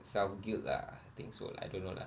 self guilt lah I think so I don't know lah